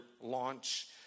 launch